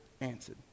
answered